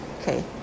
Okay